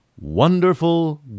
wonderful